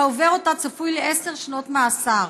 שהעובר אותה צפוי לעשר שנות מאסר.